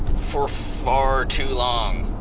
for far too long.